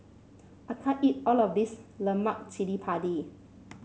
I can't eat all of this Lemak Cili Padi